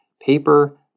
paper